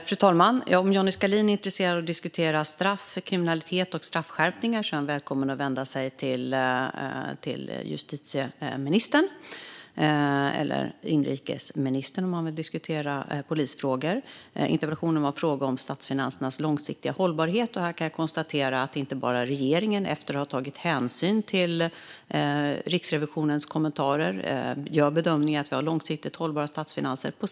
Fru talman! Om Johnny Skalin är intresserad av att diskutera straff, kriminalitet och straffskärpningar är han välkommen att vända sig till justitieministern eller till inrikesministern, om han vill diskutera polisfrågor. Interpellationen gäller statsfinansernas långsiktiga hållbarhet. Jag kan, efter att ha tagit hänsyn till Riksrevisionens kommentarer, konstatera att inte bara regeringen gör bedömningen att vi har långsiktigt hållbara statsfinanser.